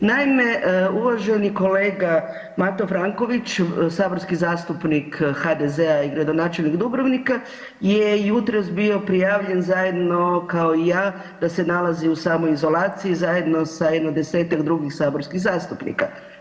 Naime, uvaženi kolega Mato Franković, saborski zastupnik HDZ-a i gradonačelnik Dubrovnika je jutros bio prijavljen zajedno kao i ja da se nalazi u samoizolaciji zajedno sa jedno 10-tak drugih saborskih zastupnika.